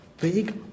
big